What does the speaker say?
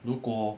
如果